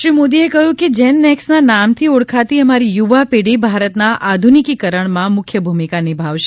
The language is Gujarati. શ્રી મોદી કહ્યું કે જેન નેક્સના નામથી ઓળખાતી અમારી યુવાપેઢી ભારતના આધુનિકીકરણમાં મુખ્ય ભૂમિકા નિભાવશે